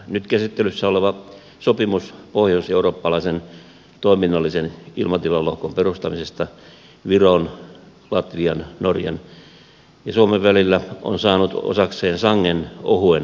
nyt käsittelyssä oleva sopimus pohjoiseurooppalaisen toiminnallisen ilmatilan lohkon perustamisesta viron latvian norjan ja suomen välillä on saanut osakseen sangen ohuen eduskuntakäsittelyn